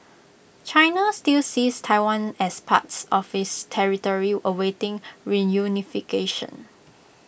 China still sees Taiwan as pars of its territory awaiting reunification